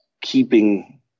keeping